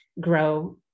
grow